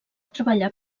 treballar